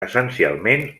essencialment